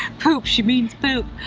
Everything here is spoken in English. poop, she means poop.